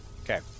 Okay